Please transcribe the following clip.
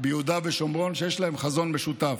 ביהודה ושומרון, שיש להם חזון משותף: